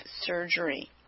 surgery